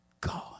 God